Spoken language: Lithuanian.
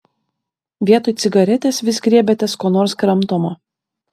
vietoj cigaretės vis griebiatės ko nors kramtomo